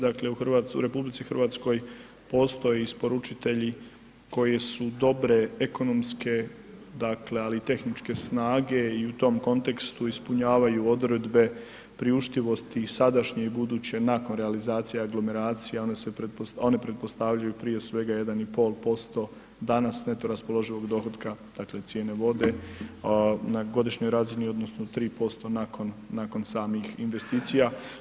Dakle, u RH postoji isporučitelji koje su dobre ekonomske, dakle ali i tehničke snage i u tom kontekstu ispunjavaju odredbe priuštivosti i sadašnje i buduće, nakon realizacije aglomeracije, onda pretpostavljaju prije svega, 1,5% danas neto raspoloživog dohotka, dakle cijene vode na godišnjoj razini, odnosno 3% nakon samih investicija.